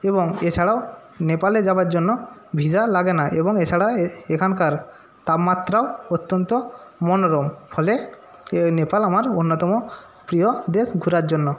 এবং এছাড়াও নেপালে যাওয়ার জন্য ভিসা লাগে না এবং এছাড়াও এ এখানকার তাপমাত্রাও অত্যন্ত মনোরম ফলে এ নেপাল আমার অন্যতম প্রিয় দেশ ঘোরার জন্য